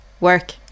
work